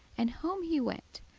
and home he went,